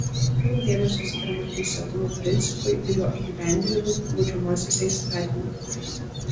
daug dėmesio skiriama teisėtumo principui ir jo įgyvendinimui baudžiamuosiuose įstatymuose